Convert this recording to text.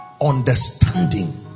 understanding